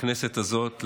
בכנסת הזאת,